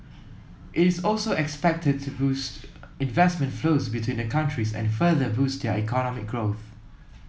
it is also expected to boost investment flows between the countries and further boost their economic growth